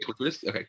Okay